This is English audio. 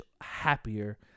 happier